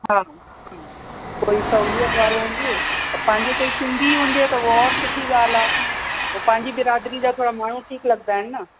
हा हम्म कोई सहुलियत वारो हुजे त पंहिंजो कोई सिंधी हुजे त उहो और सुठी ॻाल्हि आहे उहो पंहिंजी बिरादरी जा थोरा माण्हू ठीकु लॻंदा आहिनि न